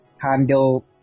handle